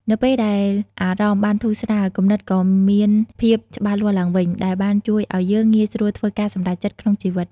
នៅពេលដែលអារម្មណ៍បានធូរស្រាល គំនិតក៏មានភាពច្បាស់លាស់ឡើងវិញ ដែលបានជួយឲ្យយើងងាយស្រួលធ្វើការសម្រេចចិត្តក្នុងជីវិត។